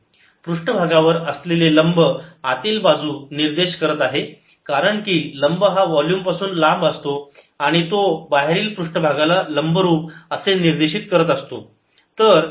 पृष्ठभागावर असलेला लंब आतील बाजू निर्देश करत आहे कारण की लंब हा वोल्युम पासून लांब असतो आणि तो बाहेरील पृष्ठभागाला लंबरूप असे निर्देशीत करत असतो